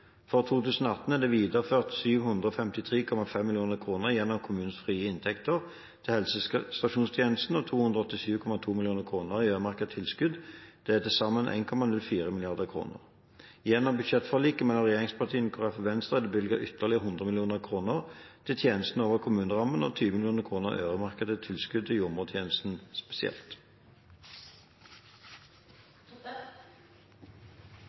For 2018 er det videreført 753,5 mill. kr gjennom kommunenes frie inntekter til helsestasjonstjenesten og 287,2 mill. kr i øremerket tilskudd. Det er til sammen 1,04 mrd. kr. Gjennom budsjettforliket mellom regjeringspartiene, Kristelig Folkeparti og Venstre er det bevilget ytterligere 100 mill. kr til tjenesten over kommunerammen og 20 mill. kr i øremerkede tilskudd til jordmortjenesten